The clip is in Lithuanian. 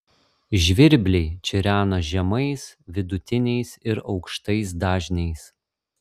žvirbliai čirena žemais vidutiniais ir aukštais dažniais